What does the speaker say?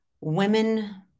women